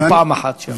לא פעם אחת הייתי שם.